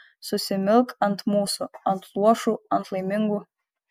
susimilk ant mūsų ant luošų ant laimingų